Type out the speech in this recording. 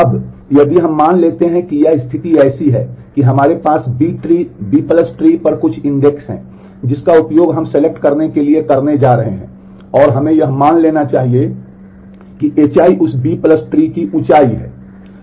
अब यदि अब हम मान लेते हैं कि यह स्थिति ऐसी है कि हमारे पास B Tree B Tree पर कुछ इंडेक्स करने के लिए करने जा रहे हैं और हमें यह मान लेना चाहिए कि hi उस B Tree की ऊँचाई है